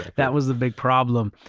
that was the big problem.